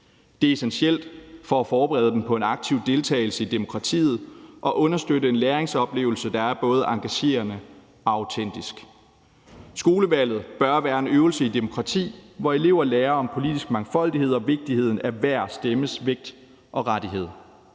Det er essentielt for at forberede dem på en aktiv deltagelse i demokratiet og understøtte en læringsoplevelse, der er både engagerende og autentisk. Skolevalget bør være en øvelse i demokrati, hvor elever lærer om politisk mangfoldighed og vigtigheden af hver stemmes vægt og rettighed.